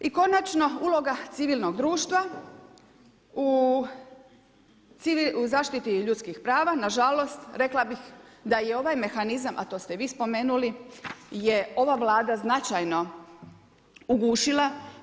I konačno uloga civilnog društva u zaštiti ljudskih prava nažalost rekla bih da je ovaj mehanizam, a to ste i vi spomenuli je ova Vlada značajno ugušila.